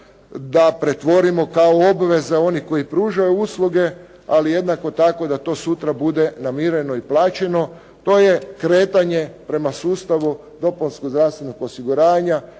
da pretvorimo kao obveze onih koji pružaju usluge, ali jednako tako da to sutra bude namireno i plaćeno. To je kretanje prema sustavu dopunskog zdravstvenog osiguranja